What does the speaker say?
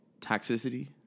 toxicity